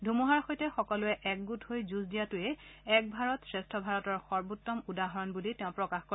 ধুমুহাৰ সৈতে সকলোৱে একগোট হৈ যুঁজ দিয়াটোৱে এক ভাৰত শ্ৰেষ্ঠ ভাৰতৰ সৰ্বোত্তম উদাহৰণ বুলিও তেওঁ প্ৰকাশ কৰে